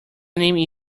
name